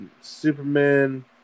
Superman